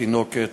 התינוקת